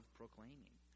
proclaiming